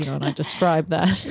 and i describe that.